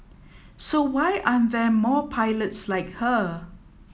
so why aren't there more pilots like her